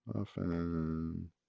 often